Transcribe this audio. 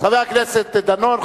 חבר הכנסת דנון,